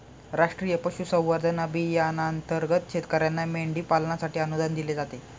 राष्ट्रीय पशुसंवर्धन अभियानांतर्गत शेतकर्यांना मेंढी पालनासाठी अनुदान दिले जाते